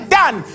done